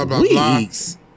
weeks